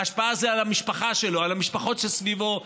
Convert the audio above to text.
ההשפעה היא על המשפחה שלו, על המשפחות שסביבו.